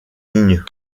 lignes